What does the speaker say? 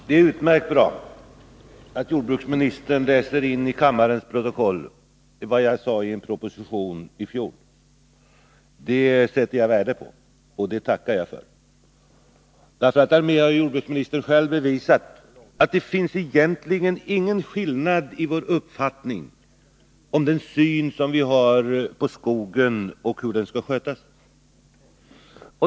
Herr talman! Det är utmärkt bra att jordbruksministern läser in i kammarens protokoll vad jag sade i en proposition i fjol. Det sätter jag värde på, och det tackar jag för. Därmed har jordbruksministern själv bevisat att det egentligen inte finns någon skillnad mellan de uppfattningar som vi har i fråga om hur skogen skall skötas.